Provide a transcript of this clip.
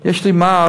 יש לי מס: